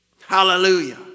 Hallelujah